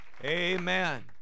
Amen